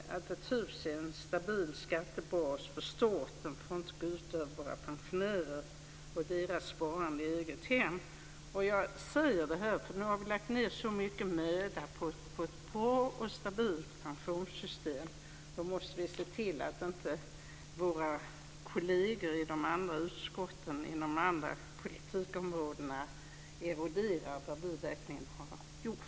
Att ett hus är en stabil skattebas för staten får inte gå ut över våra pensionärer och deras sparande i ett eget hem. Nu har vi lagt ned så mycket möda på att få ett bra och stabilt pensionssystem. Då måste vi se till att våra kolleger i de andra utskotten, inom andra politikområden, inte eroderar det vi har gjort.